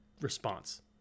response